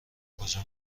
کجا